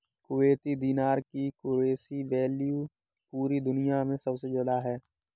Kuwaiti दीनार की currency value पूरी दुनिया मे सबसे ज्यादा है